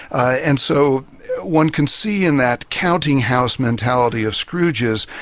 ah and so one can see in that counting house mentality of scrooge's,